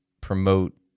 promote